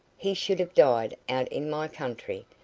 he should have died out in my country,